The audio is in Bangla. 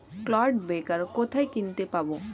ক্লড ব্রেকার কোথায় কিনতে পাব?